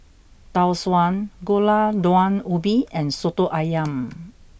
Tau Suan Gulai Daun Ubi and Soto Ayam